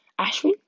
Ashwin